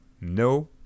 No